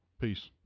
Peace